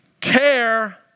care